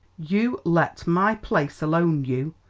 you let my place alone you!